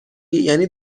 یعنی